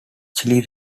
chile